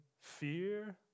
fear